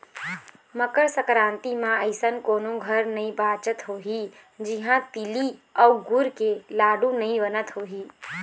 मकर संकरांति म अइसन कोनो घर नइ बाचत होही जिहां तिली अउ गुर के लाडू नइ बनत होही